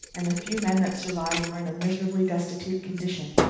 and the few men that survived were in a miserably destitute condition.